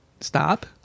Stop